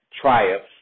triumphs